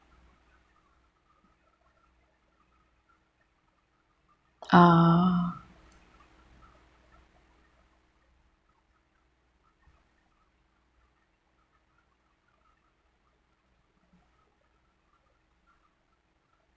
ah